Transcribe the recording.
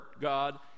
God